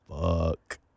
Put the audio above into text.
Fuck